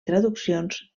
traduccions